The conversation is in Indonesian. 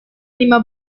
lima